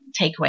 takeaway